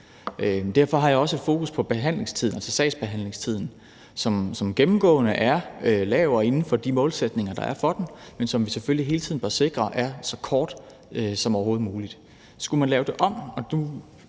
Derfor har jeg også et fokus på behandlingstiden, altså sagsbehandlingstiden, som gennemgående er lav og inden for de målsætninger, der er for den, men som vi selvfølgelig hele tiden bør sikre er så kort som overhovedet muligt. Skulle man lave det om – og nu